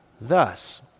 thus